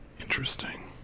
Interesting